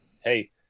hey